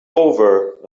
over